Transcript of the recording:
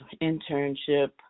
internship